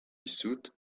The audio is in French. dissoute